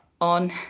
on